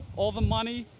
all the money,